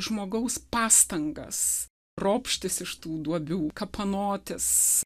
žmogaus pastangas ropštis iš tų duobių kapanotis